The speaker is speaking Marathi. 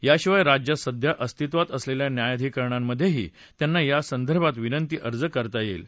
याशिवाय राज्यात सध्या अस्तित्वात असलेल्या न्यायाधिकरणांमधेही त्यांना यासंदर्भात विनंतीअर्ज करता येतील